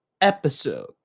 episode